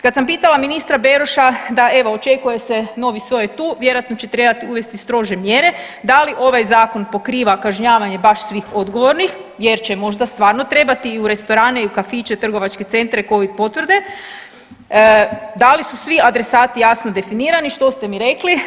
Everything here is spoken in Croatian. Kad sam pitala ministra Beroše da evo očekuje se novi soj je tu, vjerojatno će trebat uvesti strože mjere da li ovaj zakon pokriva kažnjavanje baš svih odgovornih jer će možda stvarno trebati i u restorane i u kafiće, trgovačke centre covid potvrde, da li su svi adresati jasno definirati, što ste mi rekli?